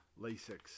Lasix